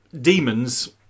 Demons